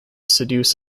seduce